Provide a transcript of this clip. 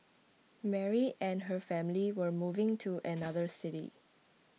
Mary and her family were moving to another city